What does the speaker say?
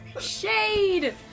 Shade